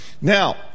Now